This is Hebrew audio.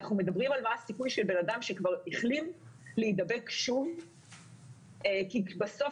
אנחנו מדברים על מה הסיכוי של בן אדם שכבר החלים להידבק שוב כי בסוף,